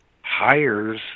hires